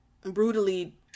brutally